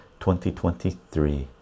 2023